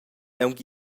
aunc